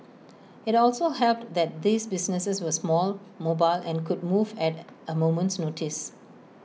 IT also helped that these businesses were small mobile and could move at A moment's notice